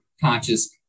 conscious